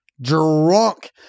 Drunk